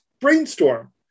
brainstorm